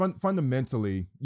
fundamentally